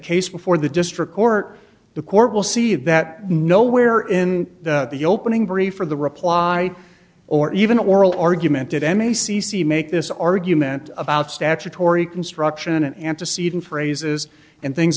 case before the district court the court will see that nowhere in the opening brief or the reply or even oral argument did m e c c make this argument about statutory construction antecedent phrases and things